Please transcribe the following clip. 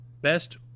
best